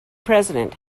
president